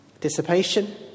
Dissipation